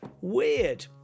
Weird